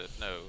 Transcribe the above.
no